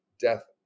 death